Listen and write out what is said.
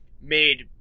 Made